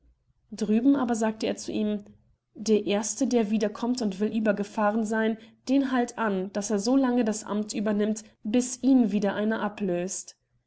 drüben aber sagte er zu ihm der erste der wieder kommt und will übergefahren seyn den halt an daß er so lange das amt übernimmt bis ihn wieder einer ablöst